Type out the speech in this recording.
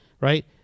right